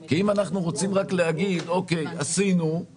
אם אנחנו רוצים רק להגיד שעשינו, הנה,